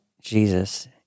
Jesus